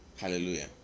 hallelujah